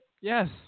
Yes